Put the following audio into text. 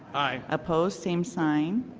opposed, same sign.